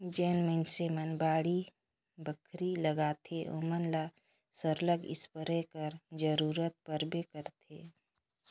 जेन मइनसे मन बाड़ी बखरी लगाथें ओमन ल सरलग इस्पेयर कर जरूरत परबे करथे